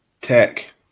Tech